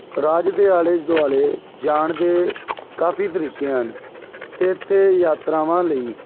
ਰਾਜ ਦੇ ਆਲੇ ਦੁਆਲੇ ਜਾਣ ਦੇ ਕਾਫੀ ਤਰੀਕੇ ਹਨ ਅਤੇ ਇੱਥੇ ਯਾਤਰਾਵਾਂ ਲਈ